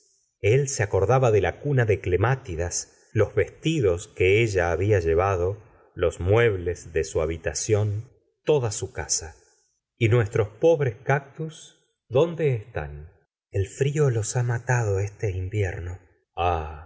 el se acordaba de la cuna de clemátidas los vestidos que ella había llevado los muebles de su habitación toda su casa y nuestros pobres cactus dónd stán la señora de bovary el frío los ha matado este invierno ah